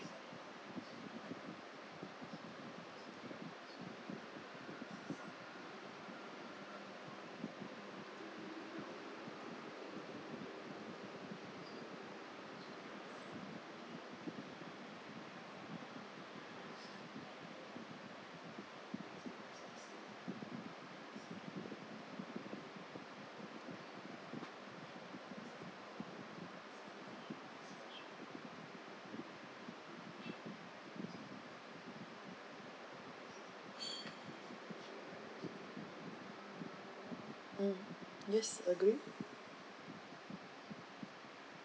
mm yes agree